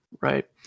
Right